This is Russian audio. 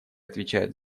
отвечают